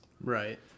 Right